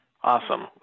Awesome